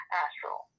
astral